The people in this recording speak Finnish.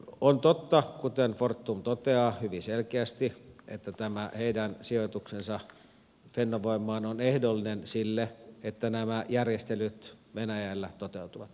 on totta kuten fortum toteaa hyvin selkeästi että tämä heidän sijoituksensa fennovoimaan on ehdollinen sille että nämä järjestelyt venäjällä toteutuvat